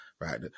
right